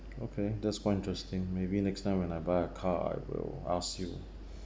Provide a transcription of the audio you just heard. okay that's quite interesting maybe next time when I buy a car I will ask you